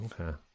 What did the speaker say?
Okay